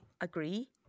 agree